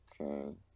Okay